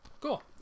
Cool